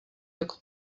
rok